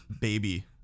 baby